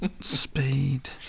speed